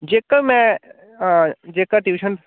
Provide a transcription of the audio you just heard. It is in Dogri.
जेह्का मैं हां जेह्का ट्यूशन